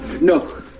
No